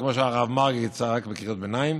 כמו שהרב מרגי צעק בקריאות ביניים,